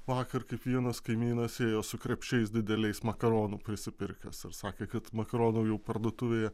vakar kaip vienas kaimynas ėjo su krepšiais dideliais makaronų prisipirkęs ir sakė kad makaronų parduotuvėje